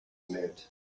meant